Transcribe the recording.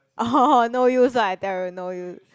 oh hor hor no use right I tell you no use